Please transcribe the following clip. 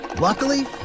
Luckily